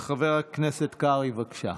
חבר הכנסת קרעי, בבקשה.